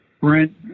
Brent